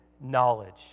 knowledge